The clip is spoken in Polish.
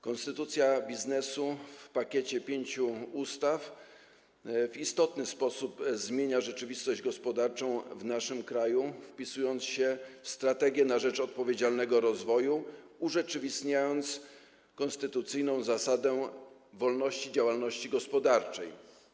Konstytucja biznesu w pakiecie pięciu ustaw w istotny sposób zmienia rzeczywistość gospodarczą w naszym kraju, wpisując się w „Strategię na rzecz odpowiedzialnego rozwoju” i urzeczywistniając konstytucyjną zasadę wolności działalności gospodarczej.